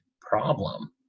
problem